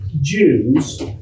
Jews